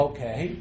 Okay